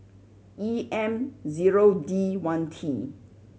E M zero D one T